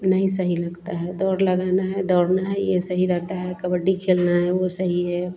नहीं सही लगता है दौड़ लगाना है दौड़ना है यह सही रहता है कबड्डी खेलना है वह सही है